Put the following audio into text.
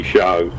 Show